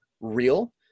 real